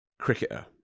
cricketer